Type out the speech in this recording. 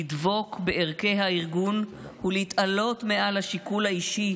לדבוק בערכי הארגון ולהתעלות מעל השיקול האישי,